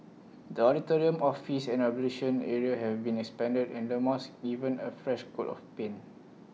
the auditorium office and ablution area have been expanded and the mosque given A fresh coat of paint